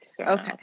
Okay